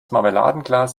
marmeladenglas